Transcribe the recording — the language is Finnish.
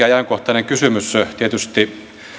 ajankohtainen kysymys tietysti